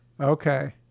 Okay